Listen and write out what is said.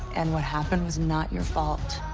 and what happened was not your fault.